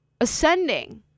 ascending